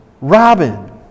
Robin